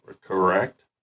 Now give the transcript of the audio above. correct